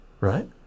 right